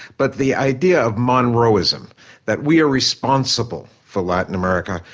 but the idea of monroeism that we are responsible for latin america,